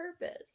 purpose